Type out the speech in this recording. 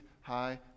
high